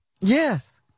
Yes